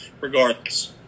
regardless